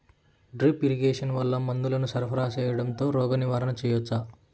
Drip irrigation వల్ల మందులను సరఫరా సేయడం తో రోగ నివారణ చేయవచ్చా?